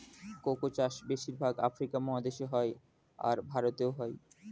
cocoa চাষ বেশির ভাগ আফ্রিকা মহাদেশে হয়, আর ভারতেও হয়